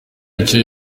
icyo